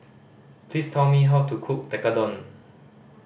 please tell me how to cook Tekkadon